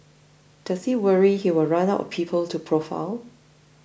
does he worry he will run out of people to profile